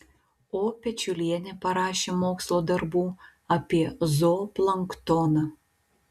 o pečiulienė parašė mokslo darbų apie zooplanktoną